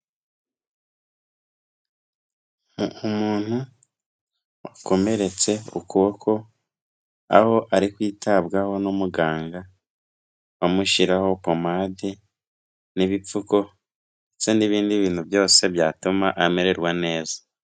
Umuntu wakomeretse ukuboko, aho ari kwitabwaho n'umuganga, amushyiraho pomadi n'ibipfuko ndetse n'ibindi bintu byose byatuma amererwa neza.